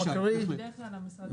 בדרך כלל המשרד מקריא.